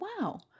wow